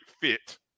fit